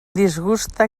disguste